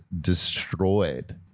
destroyed